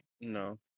No